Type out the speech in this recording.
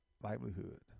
livelihood